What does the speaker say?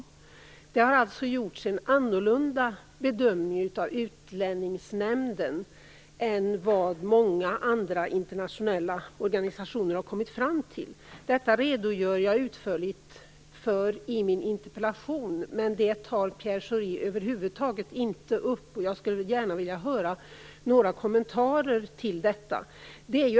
Utlänningsnämnden har alltså gjort en annan bedömning än vad många andra internationella organisationer kommit fram till. Detta redogör jag utförligt för i min interpellation, men det tar Pierre Schori inte upp över huvud taget. Jag skulle gärna vilja höra några kommentarer till detta.